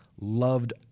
loved